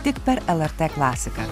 tik per lrt klasiką